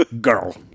Girl